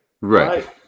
right